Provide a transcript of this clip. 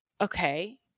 okay